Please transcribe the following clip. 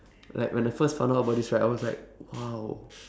like when I first found out about this right I was like !wow!